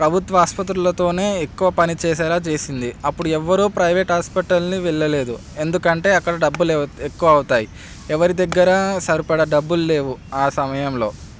ప్రభుత్వ ఆసుపత్రులతోనే ఎక్కువ పని చేసేలా చేసింది అప్పుడు ఎవ్వరు ప్రైవేట్ హాస్పిటల్ని వెళ్ళలేదు ఎందుకంటే అక్కడ డబ్బులు ఎక్కువ అవుతాయి ఎవరి దగ్గర సరిపడా డబ్బులు లేవు ఆ సమయంలో